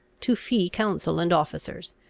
to fee counsel and officers,